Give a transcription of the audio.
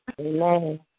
Amen